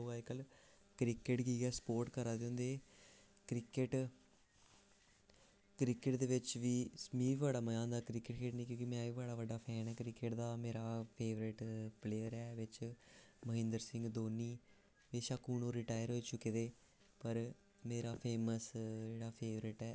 ते अज्जकल क्रिकेट गी गै सपोर्ट करा दे होंदे क्रिकेट क्रिकेट दे बिच्च बी मिगी बड़ा मज़ा आंदा क्रिकेट खेढने गी कि में बी बड़ा बड्डा फैन ऐ खेढदा मेरा फेवरेट प्लेयर ऐ बिच्च महेंद्र सिंह धोनी बेशक्क हून ओह् रटैर होई चुके दे पर फेमस जेह्ड़ा फेवरेट ऐ